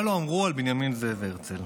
מה לא אמרו על בנימין זאב הרצל?